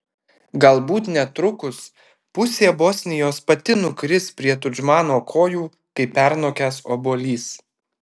galbūt netrukus pusė bosnijos pati nukris prie tudžmano kojų kaip pernokęs obuolys